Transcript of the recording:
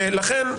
ולכן,